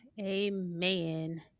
Amen